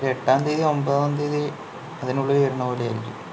ഒരു എട്ടാം തീയതി ഒമ്പതാം തീയതി അതിനുള്ളിൽ വരണ പോലെ ആയിരിക്കും